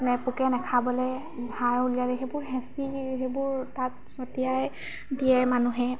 নে পোকে নেখাবলৈ সাৰ উলিয়ালে সেইবোৰ সিঁচি সেইবোৰ তাত ছটিয়াই দিয়ে মানুহে